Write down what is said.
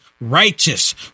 righteous